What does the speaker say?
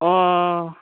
अ